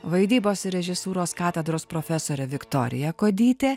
vaidybos ir režisūros katedros profesorė viktorija kuodytė